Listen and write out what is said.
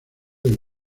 del